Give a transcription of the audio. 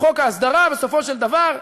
חוק ההסדרה, בסופו של דבר,